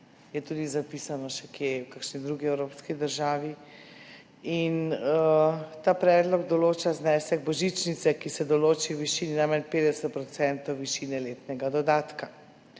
je tudi še kje, v kakšni drugi evropski državi. Ta predlog določa znesek božičnice, ki se določi v višini najmanj 50 % višine letnega dodatka.